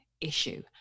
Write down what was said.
issue